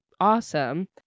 awesome